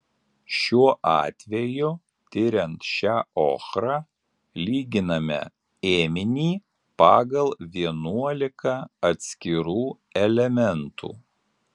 šiuo atveju tiriant šią ochrą lyginame ėminį pagal vienuolika atskirų elementų